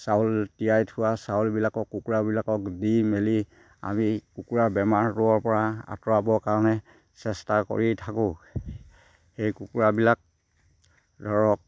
চাউল তিয়াই থোৱা চাউলবিলাকক কুকুৰাবিলাকক দি মেলি আমি কুকুৰাৰ বেমাৰটোৰ পৰা আঁতৰাবৰ কাৰণে চেষ্টা কৰি থাকোঁ সেই কুকুৰাবিলাক ধৰক